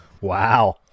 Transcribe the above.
Wow